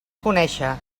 conéixer